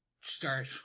start